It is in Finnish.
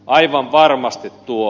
aivan varmasti tuo